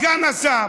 סגן השר,